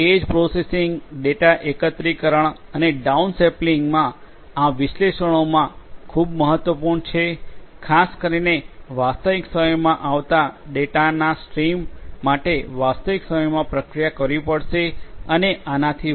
એજ processing data એકત્રીકરણ અને down સેમ્પલિંગમા આ વિશ્લેષણોમાં ખૂબ મહત્વપૂર્ણ છે ખાસ કરીને વાસ્તવિક સમયમા આવતા ડેટાના સ્ટ્રીમ માટે વાસ્તવિક સમયમા પ્રક્રિયા કરવી પડશે અને આનાથી વધુ